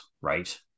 right